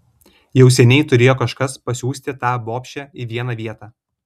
jau seniai turėjo kažkas pasiųsti tą bobšę į vieną vietą